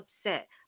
upset